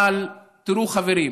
אבל תראו, חברים,